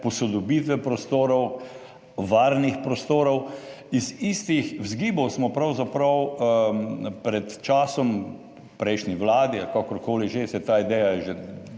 posodobitve prostorov, varnih prostorov, iz istih vzgibov smo pravzaprav pred časom v prejšnji vladi ali kakor koli že, saj ta ideja je